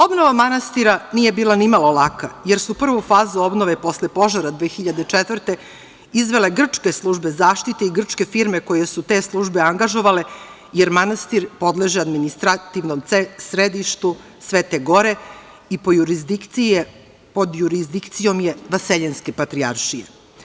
Obnova manastira nije bila nimalo laka, jer su prvu fazu obnove posle požara 2004. godine izvele grčke službe zaštite i grčke firme koje su te službe angažovale, jer manastir podleže administrativnom središtu Svete gore i pod jurisdikcijom je Vaseljenske patrijaršije.